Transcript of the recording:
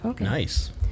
Nice